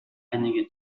einige